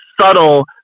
subtle